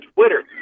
Twitter